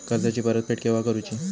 कर्जाची परत फेड केव्हा करुची?